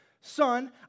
son